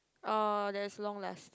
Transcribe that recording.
orh that's long last